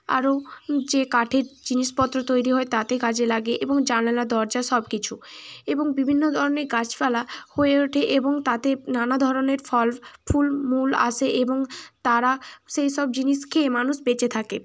আরও যে কাঠের জিনিসপত্র তৈরি হয় তাতে কাজে লাগে এবং জানালা দরজা সব কিছু এবং বিভিন্ন ধরনের গাছপালা হয়ে ওঠে এবং তাতে নানা ধরনের ফল ফুল মূল আসে এবং তারা সেই সব জিনিস খেয়ে মানুষ বেঁচে থাকে